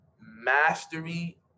Mastery